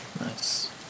Nice